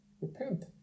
repent